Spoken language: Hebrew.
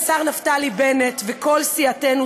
השר נפתלי בנט וכל סיעתנו,